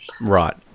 Right